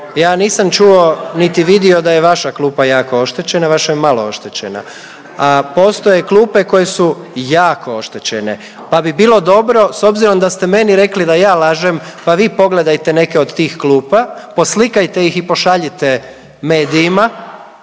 Ja nisam čuo, niti vidio da je vaša klupa jako oštećena, vaša je malo oštećena, a postoje klupe koje su jako oštećene, pa bi bilo dobro s obzirom da ste meni rekli da ja lažem, pa vi pogledajte neke od tih klupa, poslikajte ih i pošaljite medijima,